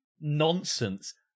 nonsense